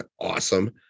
awesome